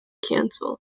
canceled